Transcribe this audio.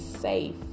safe